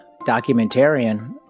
documentarian